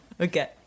Okay